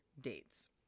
dates